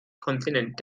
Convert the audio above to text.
kontinent